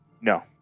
No